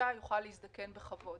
זאת אומרת, שתוך חצי שנה יסיימו את עבודתם.